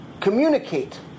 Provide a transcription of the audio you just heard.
communicate